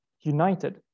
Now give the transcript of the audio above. united